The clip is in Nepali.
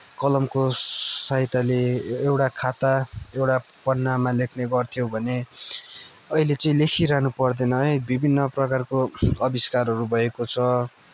कलमको सहायताले एउटा खाता एउटा पन्नामा लेख्ने गर्थ्यो भने अहिले चाहिँ लेखिरहनु पर्दैन है विभिन्न प्रकारको आविष्कारहरू भएको छ